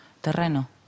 terreno